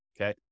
okay